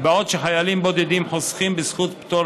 בעוד שחיילים בודדים חוסכים בזכות פטור